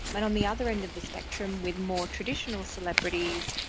but on the other end of the spectrum with more traditional celebrities,